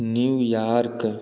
New York